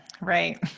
Right